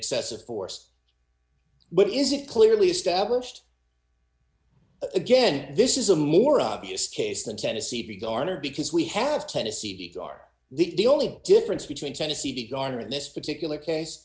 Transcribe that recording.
excessive force but is it clearly established again this is a more obvious case than tennessee be garnered because we have tennessee these are the only difference between tennessee to garner in this particular case